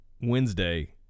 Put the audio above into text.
Wednesday